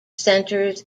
centers